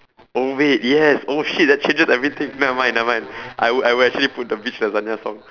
oh wait yes oh shit that changes everything never mind never mind I would I would actually put the bitch lasagna song